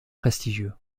prestigieux